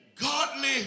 godly